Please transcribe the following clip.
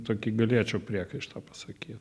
tokį galėčiau priekaištą pasakyt